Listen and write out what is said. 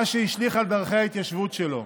מה שהשליך על דרכי ההתיישבות שלו.